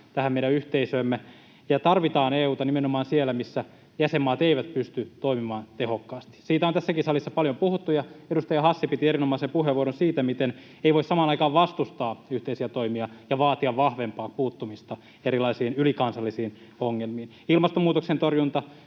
tähän meidän yhteisöömme, ja EU:ta tarvitaan nimenomaan siellä, missä jäsenmaat eivät pysty toimimaan tehokkaasti. Siitä on tässäkin salissa paljon puhuttu, ja edustaja Hassi piti erinomaisen puheenvuoroon siitä, miten ei voi samaan aikaan vastustaa yhteisiä toimia ja vaatia vahvempaa puuttumista erilaisiin ylikansallisiin ongelmiin. Ilmastonmuutoksen torjunta,